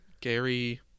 Gary